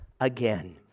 again